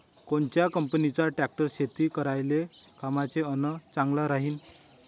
कोनच्या कंपनीचा ट्रॅक्टर शेती करायले कामाचे अन चांगला राहीनं?